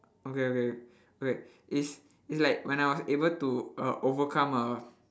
okay okay okay is it's like when I was able to uh overcome a